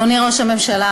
אדוני ראש הממשלה,